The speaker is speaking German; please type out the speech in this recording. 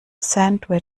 sandwich